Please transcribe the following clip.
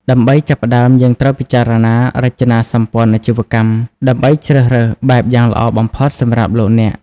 ដើម្បីចាប់ផ្តើម យើងត្រូវពិចារណារចនាសម្ព័ន្ធអាជីវកម្ម ដើម្បីជ្រើសរើសបែបយ៉ាងល្អបំផុតសម្រាប់លោកអ្នក។